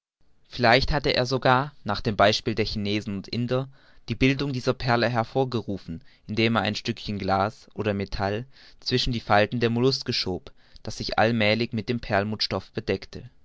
vielleicht hatte er sogar nach dem beispiel der chinesen und indier die bildung dieser perle hervorgerufen indem er ein stückchen glas oder metall zwischen die falten der molluske schob das sich allmälig mit dem perlmutterstoff bedeckte